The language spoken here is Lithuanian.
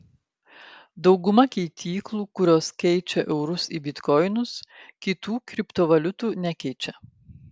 dauguma keityklų kurios keičia eurus į bitkoinus kitų kriptovaliutų nekeičia